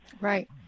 Right